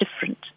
different